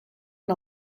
and